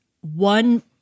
one